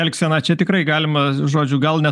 elgsena čia tikrai galima žodžių gal ne